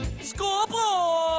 Scoreboard